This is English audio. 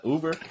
Uber